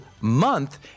month